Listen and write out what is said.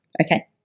Okay